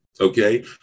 okay